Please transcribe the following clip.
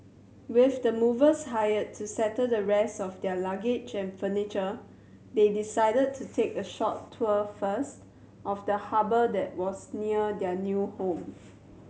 with the movers hired to settle the rest of their luggage and furniture they decided to take a short tour first of the harbour that was near their new home